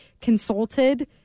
consulted